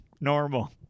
normal